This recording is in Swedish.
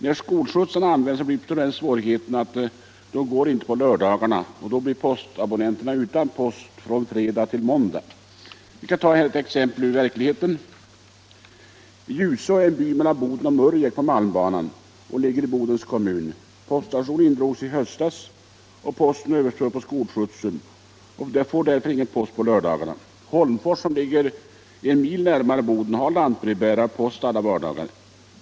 När skolskjutsar används uppstår det svårigheter eftersom dessa inte går på lördagar. Då blir postabonnenterna utan post från fredag till måndag. Vi kan ta ett exempel ur verkligheten. Ljuså är en by mellan Boden och Murjek på malmbanan och ligger i Bodens kommun. Poststationen indrogs i höstas. Postgången överfördes på skolskjutsen, och man får därför ingen post på lördagarna. Holmfors, som ligger en mil närmare Boden, har lantbrevbärare och får post alla vardagar.